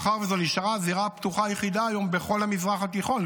מאחר שזו הזירה הפתוחה היחידה היום שנשארה לכאורה בכל המזרח התיכון,